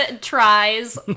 tries